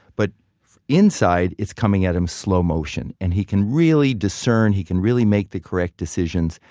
but inside, it's coming at him slow motion, and he can really discern, he can really make the correct decisions.